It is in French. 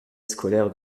scolaire